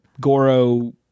Goro